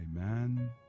amen